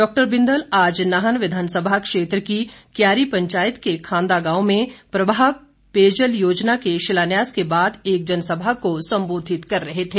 doctor Bindal आज नाहन विधानसभा क्षेत्र की क्यारी पंचायत के खांदा गांव में प्रवाह पेयजल योजना के शिलान्यास के बाद एक जनसभा को संबोधित कर रहे थे